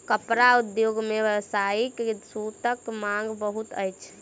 कपड़ा उद्योग मे व्यावसायिक सूतक मांग बहुत अछि